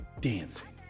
dancing